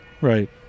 Right